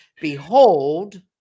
Behold